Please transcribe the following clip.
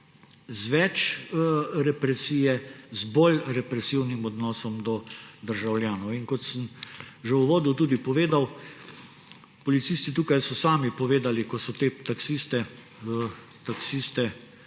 z več represije, z bolj represivnim odnosom do državljanov. In kot sem že v uvodu tudi povedal, policisti tukaj so sami povedali, ko so te taksiste